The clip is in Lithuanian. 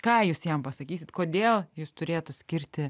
ką jūs jam pasakysit kodėl jis turėtų skirti